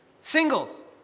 Singles